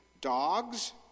dogs